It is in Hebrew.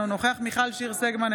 אינו נוכח מיכל שיר סגמן,